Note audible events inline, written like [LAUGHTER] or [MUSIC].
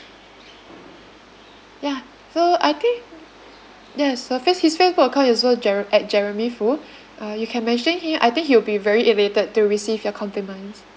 ya so I think [NOISE] yes her face~ his Facebook account is also jere~ at jeremy foo uh you can mention him I think he will be very elated to receive your compliments